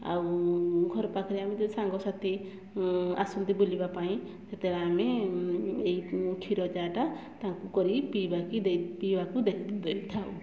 ଆଉ ଘର ପାଖରେ ଆମେ ଯେଉଁ ସାଙ୍ଗ ସାଥୀ ଆସନ୍ତି ବୁଲିବା ପାଇଁ ସେତେବେଳେ ଆମେ ଏଇ କ୍ଷୀର ଚା ଟା ତାଙ୍କୁ କରି ପି ଦେ ପିଇବାକୁ ଦେଇଥାଉ